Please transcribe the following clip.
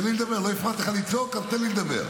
לדבר, לא הפרעתי לך לצעוק, אז תן לי לדבר.